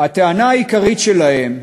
הטענה העיקרית שלהם,